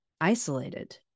isolated